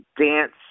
dance